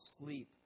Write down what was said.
sleep